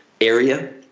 area